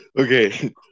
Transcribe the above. Okay